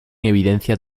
evidencias